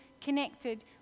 connected